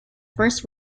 first